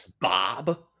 Bob